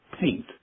paint